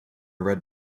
red